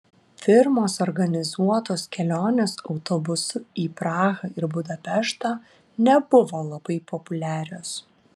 firmos organizuotos kelionės autobusu į prahą ir budapeštą nebuvo labai populiarios